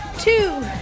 two